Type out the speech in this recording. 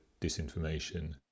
disinformation